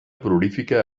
prolífica